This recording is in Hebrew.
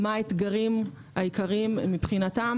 מה האתגרים המשמעותיים מבחינתם